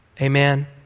Amen